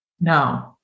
No